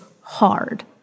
hard